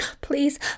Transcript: Please